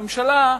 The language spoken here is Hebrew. הממשלה,